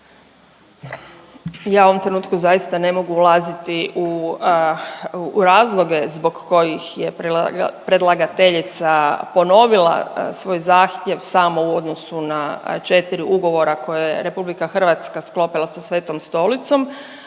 Ja u ovom trenutku zaista ne mogu ulaziti u razloge zbog kojih je predlagateljica ponovila svoj zahtjev samo u odnosu na 4 ugovora koja je Republika Hrvatska sklopila sa Svetom Stolicom,